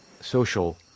social